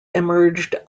emerged